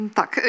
tak